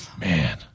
Man